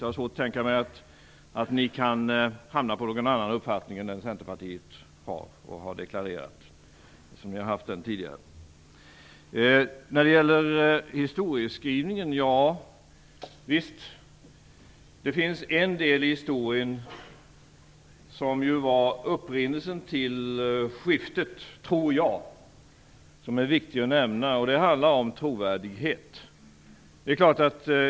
Jag har svårt att tänka mig att ni kan hamna på någon annan uppfattning än den som Centerpartiet har deklarerat, eftersom ni har haft samma uppfattning tidigare. När det gäller historieskrivningen är det viktigt att nämna en del av historien som jag tror var upprinnelsen till skiftet. Det handlar om trovärdighet.